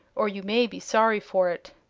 or you may be sorry for it.